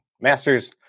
masters